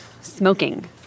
Smoking